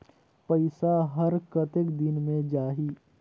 पइसा हर कतेक दिन मे जाही?